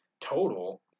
total